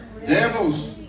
devils